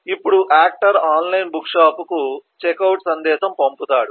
ఇప్పుడు actor online బుక్షాప్కు checkout సందేశం పంపుతాడు